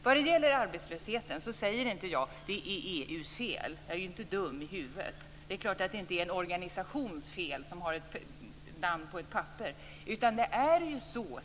Vad gäller arbetslösheten säger inte jag att det är EU:s fel. Jag är inte dum i huvudet. Det är klart att det inte är en organisations fel, en organisation som har ett namn på ett papper.